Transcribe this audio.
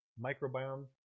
microbiome